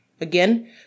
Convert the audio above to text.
Again